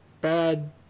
bad